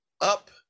up